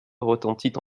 retentit